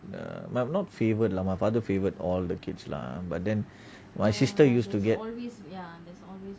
err not favoured lah my father favoured all the kids lah but then my sister used to get